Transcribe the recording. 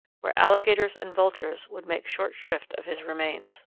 where alligators and vultures would make short shrift of his remains.